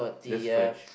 that's French